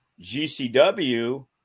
GCW